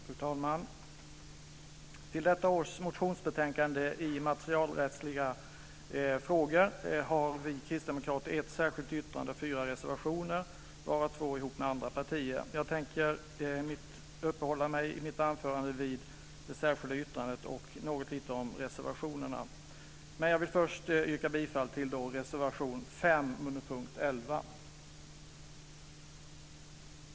Fru talman! Till detta års motionsbetänkande i immaterialrättsliga frågor har vi kristdemokrater ett särskilt yttrande och fyra reservationer, varav två ihop med andra partier. Jag tänker uppehålla mig i mitt anförande vid det särskilda yttrandet och något lite vid reservationerna, men jag vill först yrka bifall till reservation 5 under punkt 11.